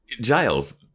Giles